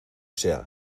sea